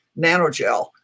nanogel